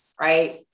right